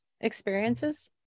experiences